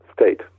state